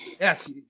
yes